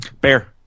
Bear